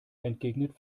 entgegnet